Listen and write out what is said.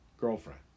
girlfriend